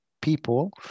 people